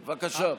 בבקשה.